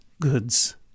goods